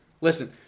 Listen